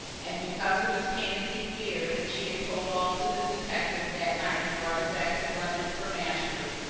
and because of his panicky fear that she had told all to the detective that night he brought her back to london from ashford,